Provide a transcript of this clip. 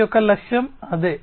0 యొక్క లక్ష్యం అదే